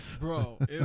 Bro